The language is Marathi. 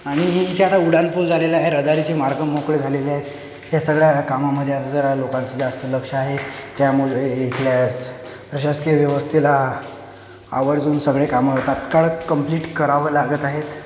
आणि इथे आता उड्डाणपूल झालेला आहे रहदारीचे मार्ग मोकळे झालेले आहेत ह्या सगळ्या कामामध्ये आता जरा लोकांचे जास्त लक्ष आहे त्यामुळे इथल्या प्रशासकीय व्यवस्थेला आवर्जून सगळे कामं तात्काळ कंप्लीट करावं लागत आहेत